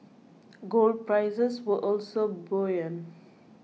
gold prices were also buoyant